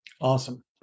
Awesome